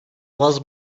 was